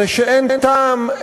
זה שאין טעם,